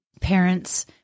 parents